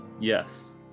yes